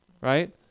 Right